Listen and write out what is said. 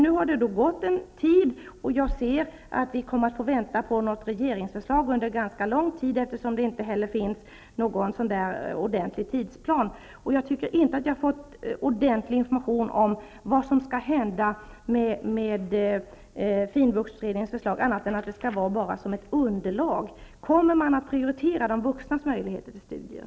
Nu har det gått en tid, och jag ser att vi kommer att få vänta ganska länge på ett regeringsförslag, eftersom det inte finns någon ordentlig tidsplan. Jag tycker att jag inte har fått någon ordentlig information om vad som skall hända med finvuxutredningens förslag annat än att det skall finnas med som ett underlag. Kommer man att prioritera de vuxnas möjligheter till studier?